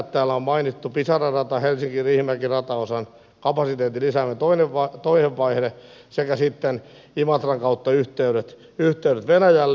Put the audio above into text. täällä on mainittu pisara rata helsinkiriihimäki rataosan kapasiteetin lisäämisen toinen vaihe sekä sitten imatran kautta yhteydet venäjälle